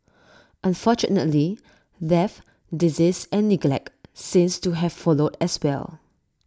unfortunately death disease and neglect seemed to have followed as well